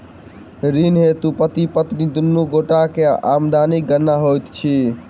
ऋण हेतु पति पत्नी दुनू गोटा केँ आमदनीक गणना होइत की?